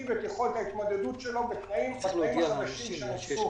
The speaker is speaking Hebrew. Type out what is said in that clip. להיטיב את יכולת ההתמודדות שלו בתנאים החדשים שנוצרו.